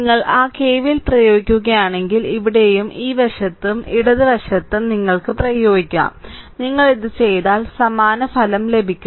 നിങ്ങൾ ആ KVL പ്രയോഗിക്കുകയാണെങ്കിൽ ഇവിടെയും ഈ വശത്ത് ഇടത് വശത്തും നിങ്ങൾക്ക് പ്രേയോഗികം നിങ്ങൾ ഇത് ചെയ്താൽ സമാന ഫലം ലഭിക്കും